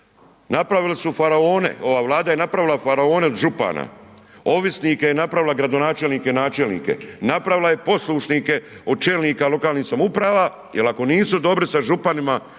napravili su faraone, ova Vlada je napravila faraone od župana. Ovisnike je napravila gradonačelnike i načelnike, napravila je poslušnike od čelnika lokalnih samouprava jer ako nisu dobri sa županima